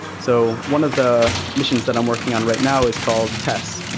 so one of the missions that i'm working on right now is called tests.